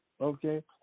okay